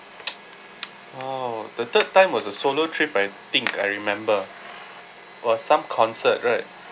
oh the third time was a solo trip I think I remember it was some concert right